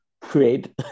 create